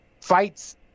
fights